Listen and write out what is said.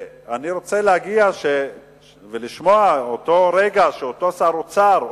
אני רוצה להגיע לרגע ולשמוע את אותו שר אוצר,